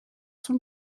son